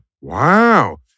wow